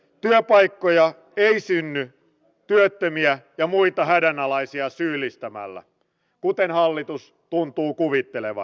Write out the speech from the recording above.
työpaikkoja ei synny työttömiä ja muita hädänalaisia syyllistämällä kuten hallitus tuntuu kuvittelevan